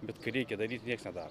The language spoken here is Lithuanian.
bet kai reikia daryt nieks nedaro